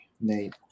Nate